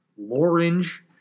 orange